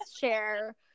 Share